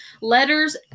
letters